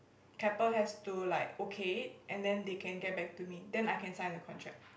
Keppel has to like okay and then they can get back to me then I can sign the contract